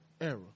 Era